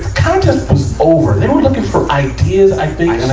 contest was over. they were looking for ideas, i think, yeah